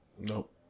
Nope